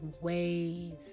ways